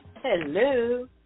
Hello